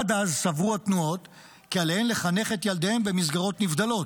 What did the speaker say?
עד אז סברו התנועות כי עליהן לחנך את ילדיהן במסגרות נבדלות,